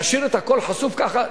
להשאיר את הכול חשוף ככה?